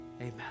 Amen